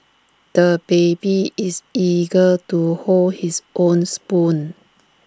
the baby is eager to hold his own spoon